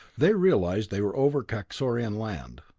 they realized they were over kaxorian land.